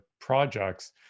projects